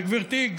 וגברתי,